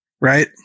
right